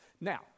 Now